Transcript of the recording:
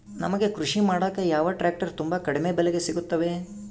ನಮಗೆ ಕೃಷಿ ಮಾಡಾಕ ಯಾವ ಟ್ರ್ಯಾಕ್ಟರ್ ತುಂಬಾ ಕಡಿಮೆ ಬೆಲೆಗೆ ಸಿಗುತ್ತವೆ?